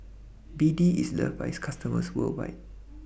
BD IS loved By its customers worldwide